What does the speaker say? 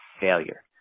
failure